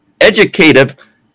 educative